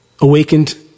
awakened